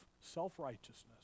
self-righteousness